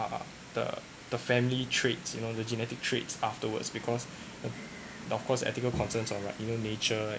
uh the family traits you know the genetic traits afterwards because of course ethical concerns of like inner nature